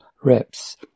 reps